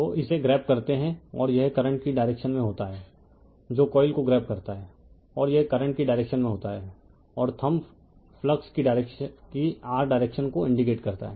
तो इसे ग्रैब करते है और यह करंट की डायरेक्शन में होता है जो कॉइल को ग्रैब करता है और यह करंट की डायरेक्शन में होता है और थंब फ्लक्स की r डायरेक्शन को इंडीकेट करेगा